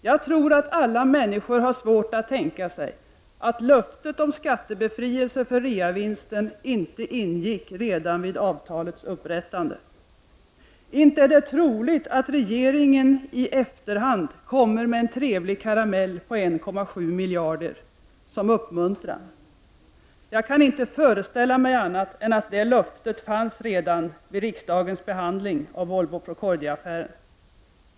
Jag tror att alla människor har svårt att tänka sig att löftet om skattebefrielse för reavinsten inte ingick redan vid avtalets upprättande. Inte är det troligt att regeringen i efterhand kommer med en trevlig karamell på 1,7 miljarder som uppmuntran. Jag kan inte föreställa mig annat än att löftet fanns redan vid riksdagens behandling av Volvo-Procordia-affären.